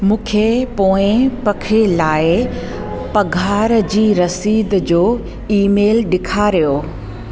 मूंखे पोएं पखे लाइ पघार जी रसीद जो ईमेल ॾेखारियो